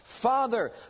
Father